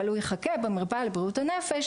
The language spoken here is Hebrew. אבל הוא יחכה במרפאה בבריאות הנפש,